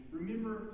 remember